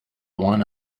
one